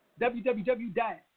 www